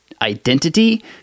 Identity